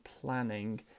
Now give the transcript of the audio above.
planning